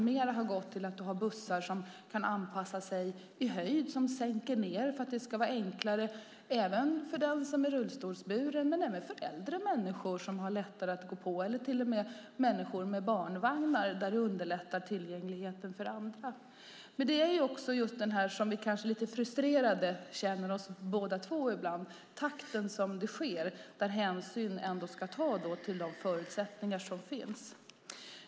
Man har fler och fler bussar som kan anpassas i höjd och som alltså går att sänka ned så att det ska vara enklare för den som är rullstolsburen liksom för äldre människor, som får lättare att gå på, liksom för människor med barnvagnar. Det underlättar tillgängligheten för alla. Vi känner oss dock kanske båda frustrerade över takten som det sker i, där hänsyn ska tas till de förutsättningar som finns.